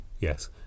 Yes